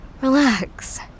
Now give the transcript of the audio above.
Relax